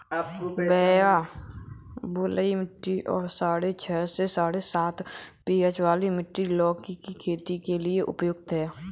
भैया बलुई मिट्टी और साढ़े छह से साढ़े सात पी.एच वाली मिट्टी लौकी की खेती के लिए उपयुक्त है